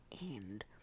end